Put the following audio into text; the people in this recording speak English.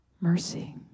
mercy